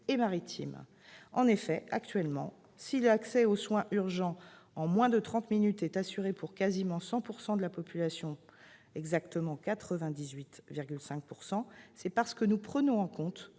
maritimes. Actuellement, si l'accès aux soins urgents en moins de trente minutes est assuré pour quasiment 100 % de la population- 98,5 % exactement -, c'est parce que nous prenons en compte